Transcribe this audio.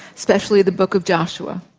especially the book of joshua.